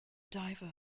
diver